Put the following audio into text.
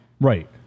Right